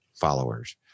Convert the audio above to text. followers